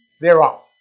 thereof